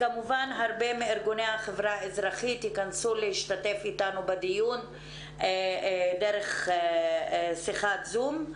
כמובן שרבים מהחברה האזרחית יכנסו להשתתף איתנו בדיון דרך שיחת זום.